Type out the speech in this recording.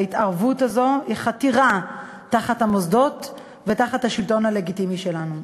ההתערבות הזו היא חתירה תחת המוסדות ותחת השלטון הלגיטימי שלנו.